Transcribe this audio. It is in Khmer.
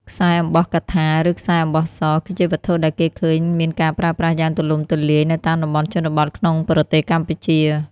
ខ្សែអំបោះកថា ឬ ខ្សែអំបោះស គឺជាវត្ថុដែលគេឃើញមានការប្រើប្រាស់យ៉ាងទូលំទូលាយនៅតាមតំបន់ជនបទក្នុងប្រទេសកម្ពុជា។